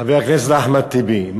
חבר הכנסת אחמד טיבי,